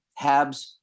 Habs